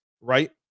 right